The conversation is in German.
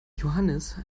johannes